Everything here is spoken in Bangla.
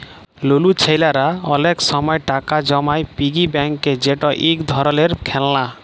লুলু ছেইলারা অলেক সময় টাকা জমায় পিগি ব্যাংকে যেট ইক ধরলের খেললা